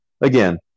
again